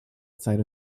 side